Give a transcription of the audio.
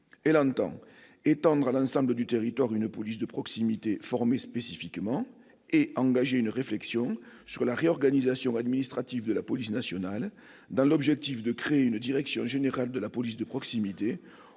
Elle entend étendre à l'ensemble du territoire une police de proximité formée spécifiquement, et engager une réflexion sur la réorganisation administrative de la police nationale, dans l'objectif de créer une direction générale de la police de proximité